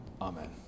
Amen